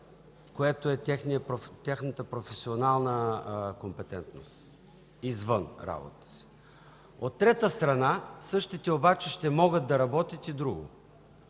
което е тяхната професионална компетентност извън работата си. От трета страна, същите обаче ще могат да работят и друго.